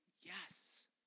Yes